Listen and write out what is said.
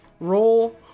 Roll